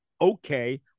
Okay